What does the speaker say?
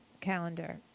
calendar